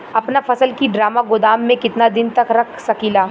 अपना फसल की ड्रामा गोदाम में कितना दिन तक रख सकीला?